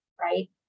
right